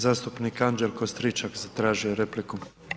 Zastupnik Anđelko Stričak zatražio je repliku.